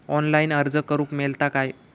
Online अर्ज करूक मेलता काय?